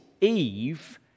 eve